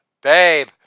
Babe